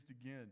again